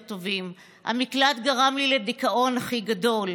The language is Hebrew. המקלט גרם לי לדיכאון הכי גדול.